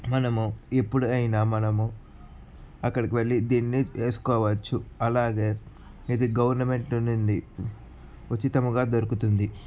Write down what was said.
మనము ఎప్పుడు అయినా మనము అక్కడికి వెళ్ళి దీన్ని వేసుకోవచ్చు అలాగే ఇది గవర్నమెంట్ నుండి ఉచితముగా దొరుకుతుంది